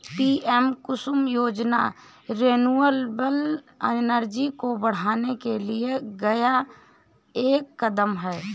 PM Kusum योजना renewable energy को बढ़ाने के लिए लिया गया एक कदम है